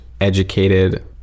educated